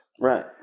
Right